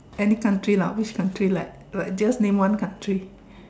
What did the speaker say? any country lah which country like like just name one country